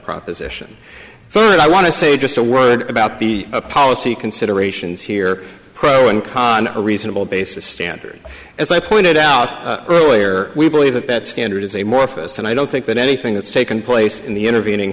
proposition thirteen i want to say just a word about the policy considerations here pro and con a reasonable basis standard as i pointed out earlier we believe that that standard is a more focused and i don't think that anything that's taken place in the intervening